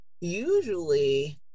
Usually